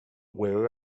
where